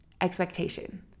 expectation